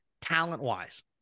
talent-wise